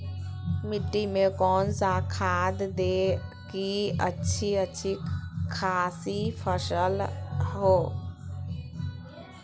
मिट्टी में कौन सा खाद दे की अच्छी अच्छी खासी फसल हो?